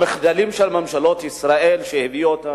המחדלים של ממשלות ישראל הביאו אותנו,